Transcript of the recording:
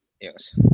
Yes